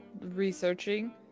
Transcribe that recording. researching